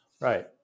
Right